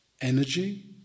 energy